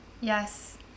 Yes